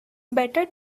better